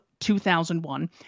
2001